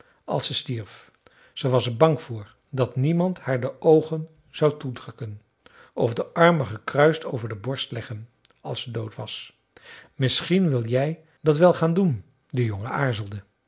als ze stierf ze was er bang voor dat niemand haar de oogen zou toedrukken of de armen gekruist over de borst leggen als ze dood was misschien wil jij dat wel gaan doen de jongen aarzelde